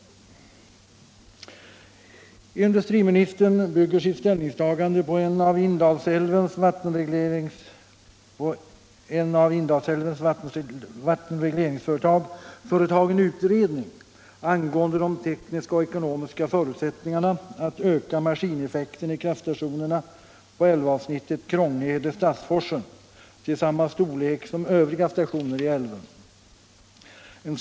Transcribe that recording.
Inudstriministern bygger sitt ställningstagande på en av Indalsälvens vattenregleringsföretag gjord utredning angående de tekniska och ekonomiska förutsättningarna att öka maskineffekten i kraftstationerna på älvavsnittet Krångede-Stadsforsen till samma storlek som övriga stationer i älven.